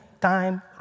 time